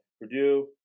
Purdue